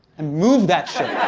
and move that